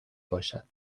باشد